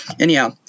Anyhow